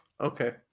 Okay